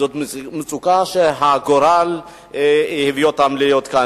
זאת מצוקה שהגורל הביא אותם להיות בה.